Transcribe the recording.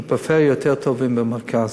בפריפריה, יותר טובים מבמרכז.